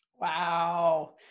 Wow